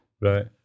right